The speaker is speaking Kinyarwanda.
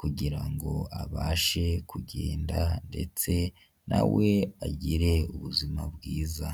kugira ngo abashe kugenda ndetse na we agire ubuzima bwiza.